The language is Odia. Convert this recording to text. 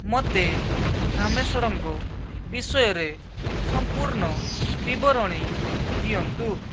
ମୋତେ ରାମେଶ୍ୱରଙ୍କ ବିଷୟରେ ସମ୍ପୂର୍ଣ୍ଣ ବିବରଣୀ ଦିଅନ୍ତୁ